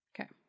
Okay